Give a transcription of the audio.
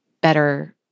better